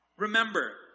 Remember